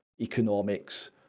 economics